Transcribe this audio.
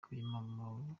ikubiyemo